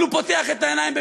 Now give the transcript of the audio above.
אבל הוא פותח את העיניים.